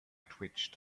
twitched